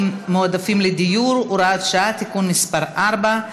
מועדפים לדיור (הוראת שעה) (תיקון מס' 4),